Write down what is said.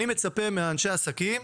אני מצפה מאנשי העסקים: